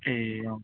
ए अँ